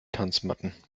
tanzmatten